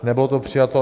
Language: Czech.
Nebylo to přijato.